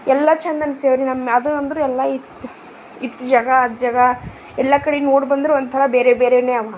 ಎಲ್ಲಾ ಛಂದ ಅನಿಸ್ಯಾವ್ರಿ ನಮ್ ಅದು ಅಂದರೆ ಎಲ್ಲ ಇತ್ತು ಇತ್ತ ಜಾಗ ಅತ್ತ ಜಾಗ ಎಲ್ಲಾ ಕಡೆನು ನೋಡಿಬಂದ್ರು ಒಂಥರ ಬೇರೆ ಬೇರೆನೇ ಅವ